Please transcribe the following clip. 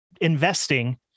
investing